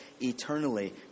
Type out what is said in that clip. eternally